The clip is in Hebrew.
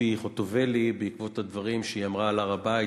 ציפי חוטובלי בעקבות הדברים שהיא אמרה על הר-הבית,